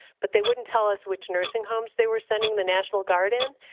but they wouldn't tell us which nursing homes they were sending the national guard in.